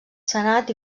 senat